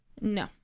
No